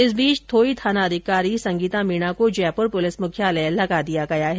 इस बीच थोई थाना अधिकारी संगीता मीणा को जयपुर पुलिस मुख्यालय लगा दिया गया है